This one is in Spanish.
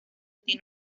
tiene